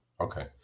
Okay